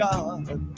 God